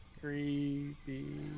creepy